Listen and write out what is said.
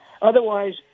Otherwise